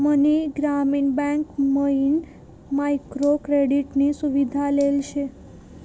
मनी ग्रामीण बँक मयीन micro credit नी सुविधा लेल शे